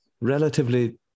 relatively